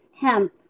hemp